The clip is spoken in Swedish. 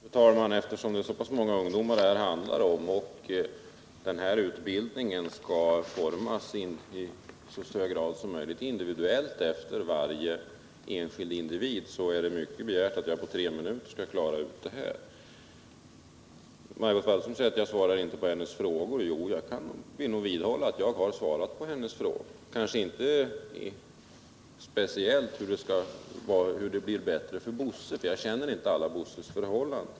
Fru talman! Eftersom det handlar om så pass många ungdomar och den här utbildningen i så stor utsträckning som möjligt skall utformas individuellt efter varje enskild individ, är det mycket begärt att jag skall klara av det på tre minuter. Margot Wallström säger att jag inte svarar på hennes frågor. Jo, jag vidhåller att jag har svarat på hennes frågor, men kanske inte speciellt på frågan hur det blir bättre för Bosse, eftersom jag inte känner till alla Bosses förhållanden.